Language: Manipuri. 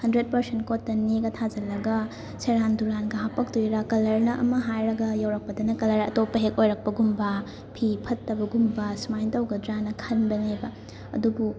ꯍꯟꯗ꯭ꯔꯦꯠ ꯄꯔꯁꯦꯟ ꯀꯣꯇꯟꯅꯤꯒ ꯊꯥꯖꯜꯂꯒ ꯁꯦꯔꯥꯟ ꯇꯨꯔꯥꯟꯒ ꯍꯥꯞꯄꯛꯇꯣꯏꯔꯥ ꯀꯂꯔꯅ ꯑꯃ ꯍꯥꯏꯔꯒ ꯌꯧꯔꯛꯄꯗꯅ ꯀꯂꯔ ꯑꯇꯣꯞꯄ ꯍꯦꯛ ꯑꯣꯏꯔꯛꯄꯒꯨꯝꯕ ꯐꯤ ꯐꯠꯇꯕꯒꯨꯝꯕ ꯁꯨꯃꯥꯏꯅ ꯇꯧꯒꯗ꯭ꯔꯥꯅ ꯈꯟꯕꯅꯦꯕ ꯑꯗꯨꯕꯨ